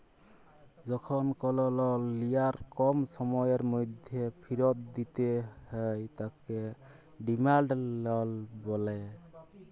যখল কল লল লিয়ার কম সময়ের ম্যধে ফিরত দিতে হ্যয় তাকে ডিমাল্ড লল ব্যলে